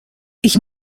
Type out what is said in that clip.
ich